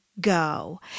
go